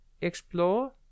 explore